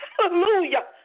hallelujah